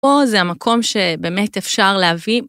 פה זה המקום שבאמת אפשר להביא.